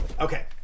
Okay